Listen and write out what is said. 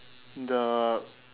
the